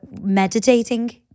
meditating